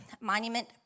monument